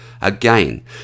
Again